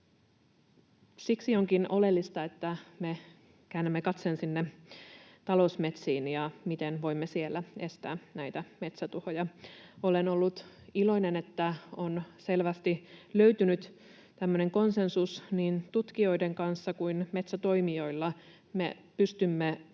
Siksi onkin oleellista, että me käännämme katseen sinne talousmetsiin, miten voimme siellä estää näitä metsätuhoja. Olen ollut iloinen, että on selvästi löytynyt tämmöinen konsensus niin tutkijoiden kanssa kuin metsätoimijoillakin. Me pystymme